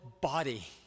body